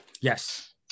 Yes